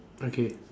okay